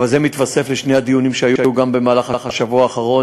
אבל זה מתווסף לשני הדיונים שהיו גם במהלך השבוע האחרון,